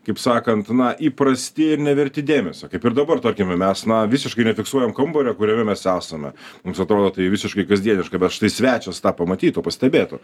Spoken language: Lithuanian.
kaip sakant na įprasti ir neverti dėmesio kaip ir dabar tarkime mes na visiškai nefiksuojam kambario kuriame mes esame mums atrodo tai visiškai kasdieniška bet štai svečias tą pamatytų pastebėtų